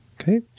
Okay